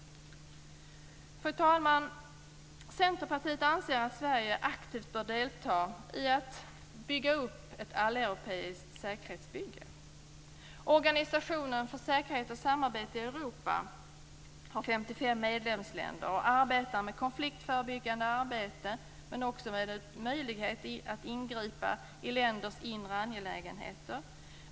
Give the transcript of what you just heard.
Fru talman! Centerpartiet anser att Sverige aktivt bör delta i att bygga upp ett alleuropeiskt säkerhetsbygge. Organisationen för säkerhet och samarbete i Europa har 55 medlemsländer och arbetar med konfliktförebyggande arbete, men har också möjlighet att ingripa i länders inre angelägenheter.